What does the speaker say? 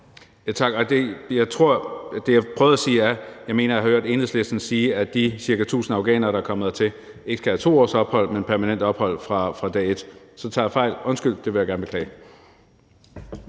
Tak, og det, jeg prøvede at sige, er, at jeg mener at have hørt Enhedslisten sige, at de ca. 1.000 afghanere, der er kommet hertil, ikke skal have 2 års ophold, men permanent ophold fra dag et. Så tager jeg fejl, undskyld, det vil jeg gerne beklage.